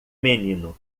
menino